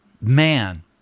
Man